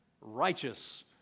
righteous